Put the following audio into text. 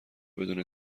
بدون